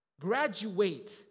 graduate